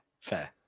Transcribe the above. fair